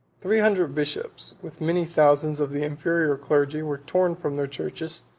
three hundred bishops, with many thousands of the inferior clergy, were torn from their churches,